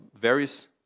various